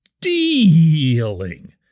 dealing